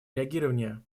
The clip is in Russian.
реагирования